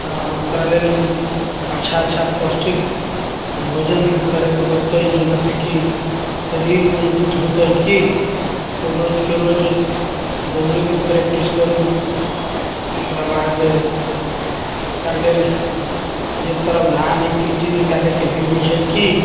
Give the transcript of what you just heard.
हँ ओकरा लेल अच्छा अच्छा पौष्टिक भोजन करै के होतै जउना से कि शरीर मजबूत होतै की रोज के रोज दौड़य के प्रैक्टिस करू ओकरा बाद ओकरा लेल जे प्रावधान हय पी टी निकालै के भी होइ छै की